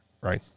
right